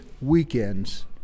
weekends